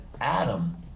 Adam